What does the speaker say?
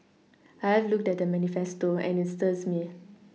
I looked at the manifesto and it stirs me